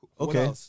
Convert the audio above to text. Okay